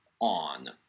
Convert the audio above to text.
on